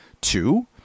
Two